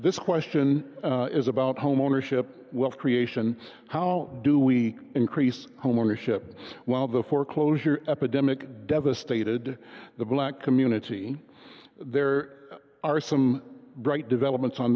this question is about home ownership wealth creation how do we increase homeownership while the foreclosure epidemic devastated the black community there are some bright developments on